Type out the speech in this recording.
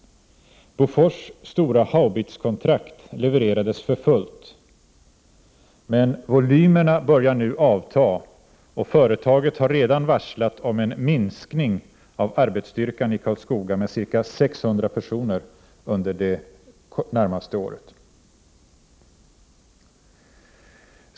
Bofors stora haubitskontrakt levererades för fullt, men volymerna börjar nu avta, och företaget har redan varslat om en minskning av arbetsstyrkan i Karlskoga med ca 600 personer under det närmaste året.